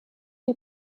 die